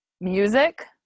Music